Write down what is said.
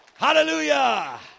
Hallelujah